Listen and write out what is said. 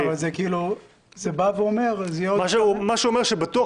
אבל זה כאילו בא ואומר --- מה שהוא אומר שבטוח